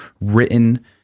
written